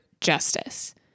justice